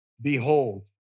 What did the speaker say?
Behold